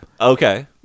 Okay